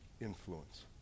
influence